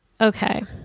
okay